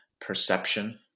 perception